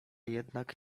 jednak